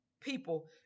people